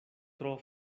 tro